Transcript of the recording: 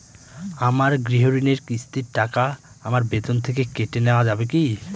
আমার গৃহঋণের কিস্তির টাকা আমার বেতন থেকে কেটে নেওয়া যাবে কি?